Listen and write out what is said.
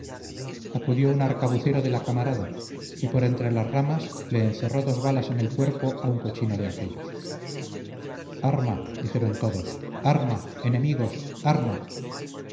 acudió un arcabucero de la camarada y por entre las ramas le encerró dos balas en el cuerpo a un cochino de aquellos arma dijeron todos arma enemigos arma